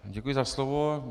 Děkuji za slovo.